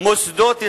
מוסדות ישראליים,